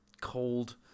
cold